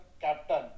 captain